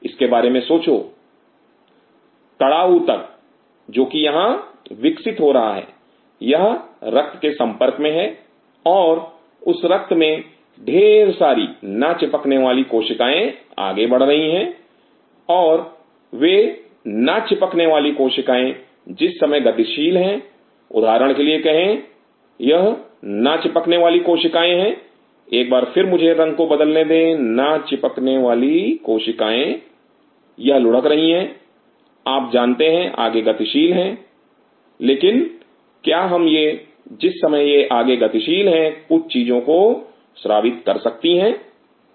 इसके बारे में सोचो कड़ा ऊतक जो कि यहां विकसित हो रहा है यह रक्त के संपर्क में हैं और उस रक्त में ढेर सारी ना चिपकने वाली कोशिकाएं आगे बढ़े रही हैं और वे ना चिपकने वाली कोशिकाएं जिस समय गतिशील हैं उदाहरण के लिए कहेंयह ना चिपकने वाली कोशिका है एक बार फिर मुझे रंग को बदलने दें ना चिपकने वाली कोशिकाएं यह लुढ़क रही है आप जानते हैं आगे गतिशील हैं लेकिन क्या हम यह जिस समय यह आगे गतिशील हैं कुछ चीजों को स्रावित कर सकती हैं ठीक